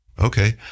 Okay